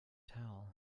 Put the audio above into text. towel